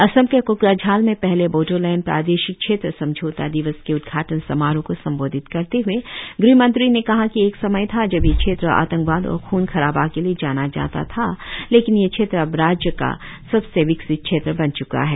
असम के कोकराझार में पहले बोडोलैंड प्रादेशिक क्षेत्र समझौता दिवस के उद्घाटन समारोह को संबोधित करते हए ग़हमंत्री ने कहा कि एक समय था जब ये क्षेत्र आतंकवाद और खून खराबे के लिए जाना जाता था लेकिन यह क्षेत्र अब राज्य का सबसे विकसित क्षेत्र बन च्का है